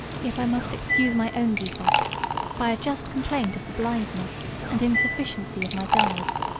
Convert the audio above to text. yet i must excuse my own defects by a just complaint of the blindness and insufficiency of my guides.